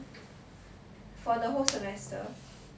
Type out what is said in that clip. for the whole semester